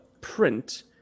print